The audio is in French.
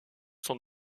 sont